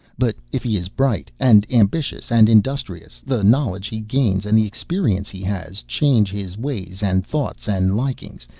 but if he is bright, and ambitious and industrious, the knowledge he gains and the experiences he has, change his ways and thoughts and likings,